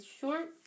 short